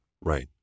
Right